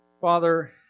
Father